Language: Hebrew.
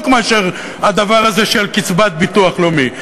מאשר הדבר הזה של קצבת ביטוח לאומי.